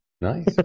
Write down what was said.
Nice